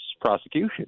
prosecution